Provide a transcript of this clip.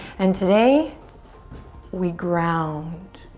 and today we ground